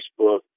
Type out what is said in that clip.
Facebook